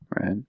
Right